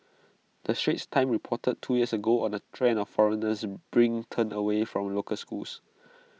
the straits times reported two years ago on the trend of foreigners bring turned away from local schools